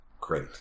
Great